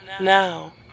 Now